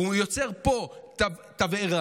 הוא יוצר פה תבערה,